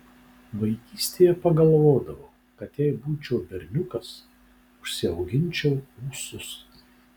vaikystėje pagalvodavau kad jei būčiau berniukas užsiauginčiau ūsus